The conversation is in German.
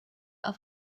auf